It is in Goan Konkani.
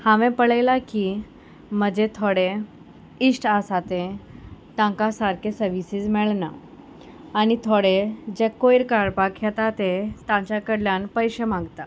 हांवें पळयलां की म्हजे थोडे इश्ट आसा ते तांकां सारके सर्विसीस मेळना आनी थोडे जे कोयर काडपाक येता ते तांच्या कडल्यान पयशे मागता